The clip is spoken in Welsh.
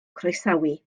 croesawu